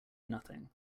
nothing